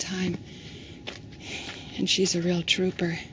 time and she's a real trooper